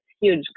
huge